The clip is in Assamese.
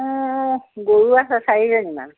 গৰু আছে চাৰিজনীমান